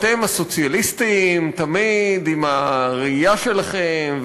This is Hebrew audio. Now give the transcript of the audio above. אתם הסוציאליסטים תמיד עם הראייה שלכם,